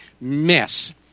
mess